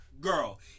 girl